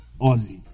aussie